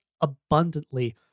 abundantly